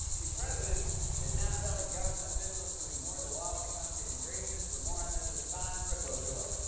the president is now telling government officials to ignore the law when it comes to immigration. for more on this, it's time for a closer look.